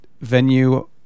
venue